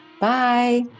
Bye